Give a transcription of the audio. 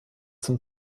zum